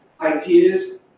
ideas